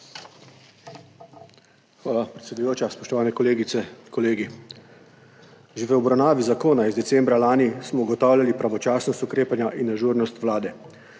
Hvala, predsedujoča. Spoštovane kolegice in kolegi! Že v obravnavi zakona iz decembra lani smo ugotavljali pravočasnost ukrepanja in ažurnost vlade.